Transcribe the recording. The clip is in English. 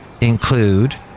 include